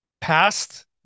past